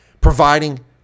providing